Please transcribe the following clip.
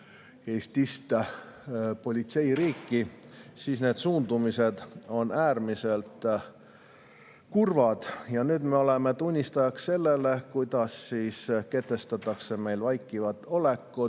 Eestist politseiriiki –, siis need suundumused on äärmiselt kurvad. Ja nüüd me oleme tunnistajaks sellele, kuidas kehtestatakse meil vaikivat olekut.